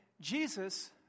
Jesus